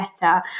better